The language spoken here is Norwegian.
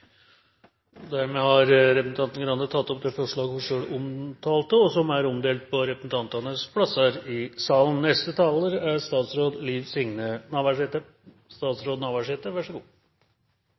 Grande har tatt opp det forslaget hun refererte til, og som er omdelt på representantenes plasser i salen. Regjeringa er